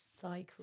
cycle